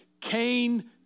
Cain